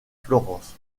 florence